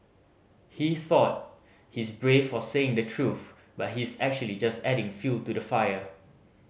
he thought he's brave for saying the truth but he's actually just adding fuel to the fire